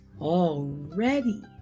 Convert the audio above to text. Already